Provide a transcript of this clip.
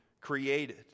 created